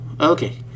Okay